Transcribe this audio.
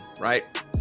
right